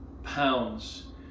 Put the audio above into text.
pounds